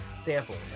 samples